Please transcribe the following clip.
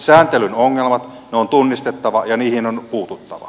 sääntelyn ongelmat ne on tunnistettava ja niihin on puututtava